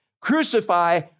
Crucify